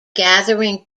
gathering